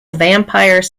vampire